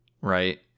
right